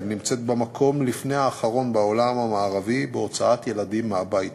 נמצאת במקום לפני האחרון בעולם המערבי בהוצאת ילדים מהבית: